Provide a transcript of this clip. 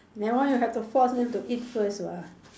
that one you have to force them to eat first [what]